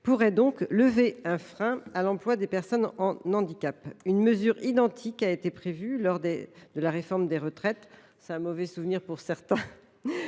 pourrait donc lever un frein à l’emploi des personnes en situation de handicap. Une mesure identique a été prévue, lors de la réforme des retraites – un mauvais souvenir pour certains,